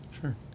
Sure